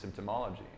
symptomology